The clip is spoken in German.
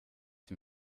dem